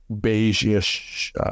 beige-ish